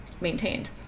maintained